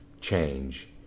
change